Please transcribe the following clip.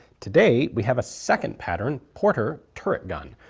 today we have a second pattern porter turret gun.